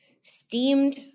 steamed